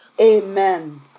Amen